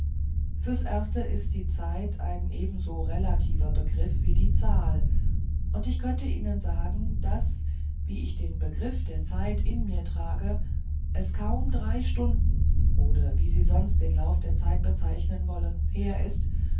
fürs erste ist die zeit ein ebenso relativer begriff wie die zahl und ich könnte ihnen sagen daß wie ich den begriff der zeit in mir trage es kaum drei stunden oder wie sie sonst den lauf der zeit bezeichnen wollen her sind